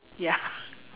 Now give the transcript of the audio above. ya